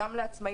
גם לעצמאים,